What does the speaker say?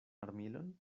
armilon